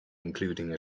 including